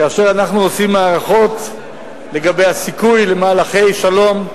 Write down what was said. כאשר אנחנו עושים הערכות לגבי הסיכוי של מהלכי שלום,